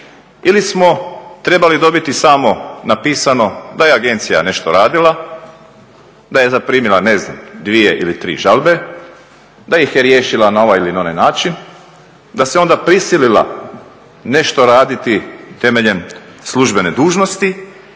Ili smo trebali dobiti samo napisano da je agencija nešto radila, da je zaprimila, ne znam, dvije ili tri žalbe, da ih je riješila na ovaj ili na onaj način, da se onda prisilila nešto raditi temeljem službene dužnosti